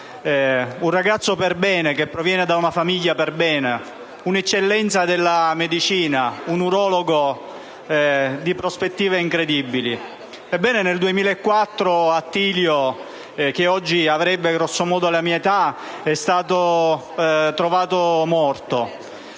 un ragazzo perbene che proviene da una famiglia perbene, un'eccellenza della medicina, un urologo di grandi prospettive. Ebbene, nel 2004 Attilio, che oggi avrebbe grosso modo la mia età, è stato trovato morto.